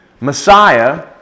Messiah